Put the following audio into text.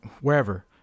wherever